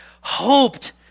hoped